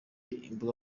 imbuga